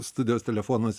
studijos telefonas